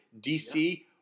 DC